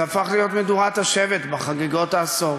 זה הפך להיות מדורת השבט בחגיגות העשור.